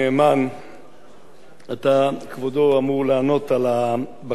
כבודו אמור לענות על הצעת החוק שלנו,